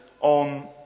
on